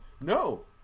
no